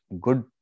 good